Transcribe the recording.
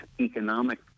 economic